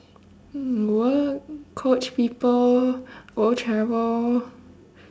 mm what coach people go travel